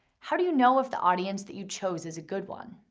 how do you know if the audience that you chose is a good one?